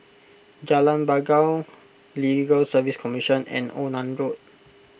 Jalan Bangau Legal Service Commission and Onan Road